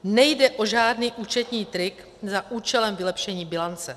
Nejde o žádný účetní trik za účelem vylepšení bilance.